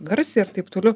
garsiai ir taip toliau